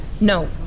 No